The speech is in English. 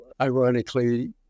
ironically